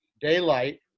daylight